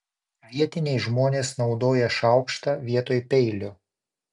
vietiniai žmonės naudoja šaukštą vietoj peilio